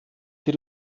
die